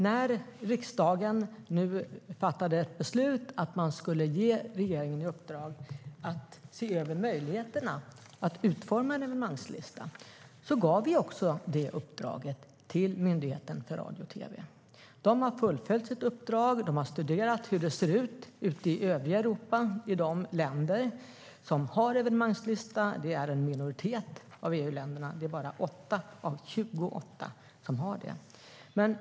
När riksdagen nu fattade ett beslut om att ge regeringen i uppdrag att se över möjligheterna att utforma en evenemangslista gav regeringen uppdraget till Myndigheten för radio och tv. De har fullföljt sitt uppdrag och studerat hur det ser ute i övriga Europa i de länder som har evenemangslista. Det är en minoritet av EU-länderna - bara 8 av 28 har det.